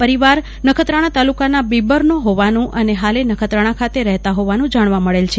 પરિવાર નખત્રાણા તાલુકાના બિબરનો હોવાનું અને હાલે નખત્રાણા ખાતે રહેતા હોવાનું જાણવા મળે છે